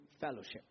fellowship